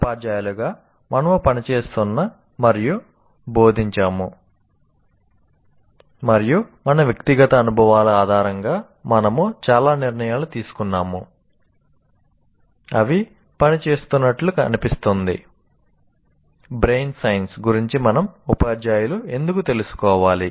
ఉపాధ్యాయులుగా మనము పని చేస్తున్నాము మరియు బోధించాము మరియు మన వ్యక్తిగత అనుభవాల ఆధారంగా మనము చాలా నిర్ణయాలు తీసుకున్నాము అవి పని చేస్తున్నట్లు అనిపిస్తుంది బ్రెయిన్ సైన్స్ గురించి మనం ఉపాధ్యాయులు ఎందుకు తెలుసుకోవాలి